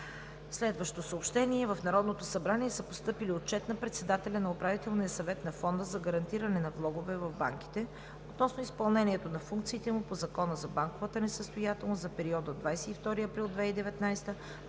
Народното събрание. - в Народното събрание са постъпили отчет на председателя на Управителния съвет на Фонда за гарантиране на влогове в банките относно изпълнението на функциите му по Закона за банковата несъстоятелност за периода от 22 април 2019